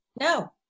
no